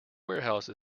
warehouse